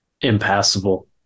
impassable